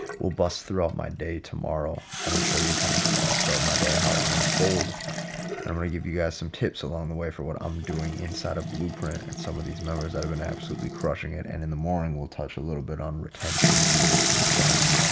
will bust throughout my day tomorrow, and i'll show you kind of how i start my day how on fold and i'm gonna give you guys some tips along the way for what i'm doing inside of blueprint and some of these members that have been absolutely crushing it and in the morning we'll touch a little bit on retention do's and don'ts.